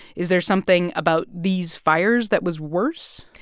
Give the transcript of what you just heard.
is there something about these fires that was worse?